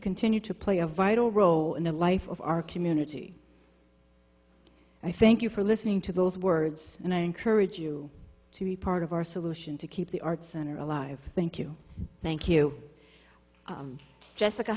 continue to play a vital role in the life of our community i thank you for listening to those words and i encourage you to be part of our solution to keep the arts center alive thank you thank you jessica